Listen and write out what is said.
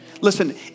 Listen